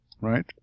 right